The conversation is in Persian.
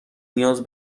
نیاز